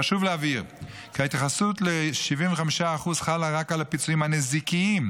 חשוב להבהיר כי ההתייחסות ל-75% חלה רק על הפיצויים הנזיקיים.